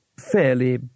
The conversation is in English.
Fairly